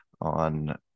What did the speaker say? on